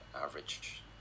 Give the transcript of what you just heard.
average